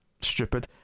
stupid